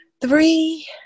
three